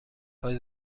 کاش